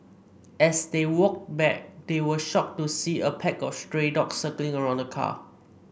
as they walked back they were shocked to see a pack of stray dogs circling around the car